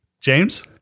James